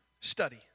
study